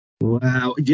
Wow